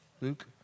Luke